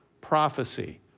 prophecy